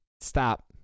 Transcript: stop